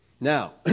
Now